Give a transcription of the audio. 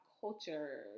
culture